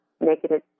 negative